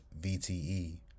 VTE